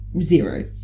zero